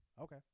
Okay